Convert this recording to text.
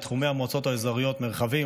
בתחומי המועצות האזוריות מרחבים,